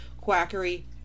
quackery